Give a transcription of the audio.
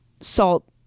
salt